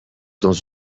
dans